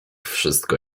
wszystko